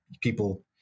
people